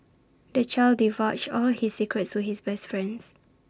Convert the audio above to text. the child divulged all his secrets to his best friends